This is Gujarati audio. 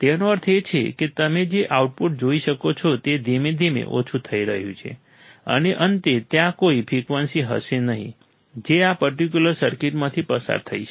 તેનો અર્થ એ કે તમે જે આઉટપુટ જોઈ શકો છો તે ધીમે ધીમે ઓછું થઈ રહ્યું છે અને અંતે ત્યાં કોઈ ફ્રિકવન્સી હશે નહીં જે આ પર્ટિક્યુલર સર્કિટમાંથી પસાર થઈ શકે